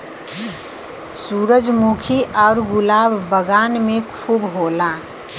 सूरजमुखी आउर गुलाब बगान में खूब होला